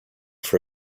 for